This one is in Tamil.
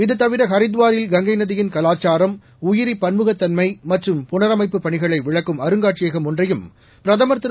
இது தவிர ஹரித்வாரில் கங்கை நதியின் கலாச்சாரம் உயிரி பன்முகத் தன்மை மற்றும் புனரமைப்புப் பணிகளை விளக்கும் அருங்காட்சியகம் ஒன்றையும் பிரதமர் திரு